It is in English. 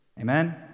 Amen